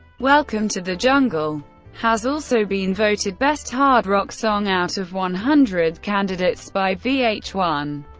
welcome to the jungle has also been voted best hard rock song out of one hundred candidates by v h one.